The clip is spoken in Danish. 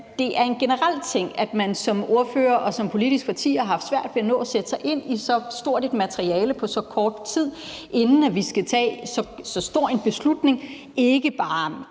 er en generel ting, at man som ordfører og som politisk parti har haft svært ved at nå at sætte sig ind i så stort et materiale på så kort tid, inden vi skal tage så stor en beslutning, ikke bare